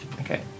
okay